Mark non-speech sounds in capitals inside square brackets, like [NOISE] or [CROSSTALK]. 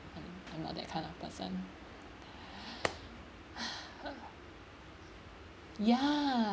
and I'm not that kind of person [BREATH] ya~